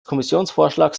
kommissionsvorschlags